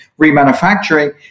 remanufacturing